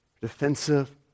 Defensive